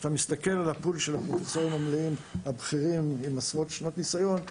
כשאתה מסתכל על הפול של הפרופסור הבכירים עם עשרות שנות ניסיון,